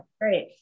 great